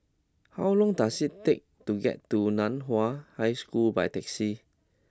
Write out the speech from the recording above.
how long does it take to get to Nan Hua High School by taxi